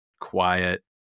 quiet